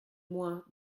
moi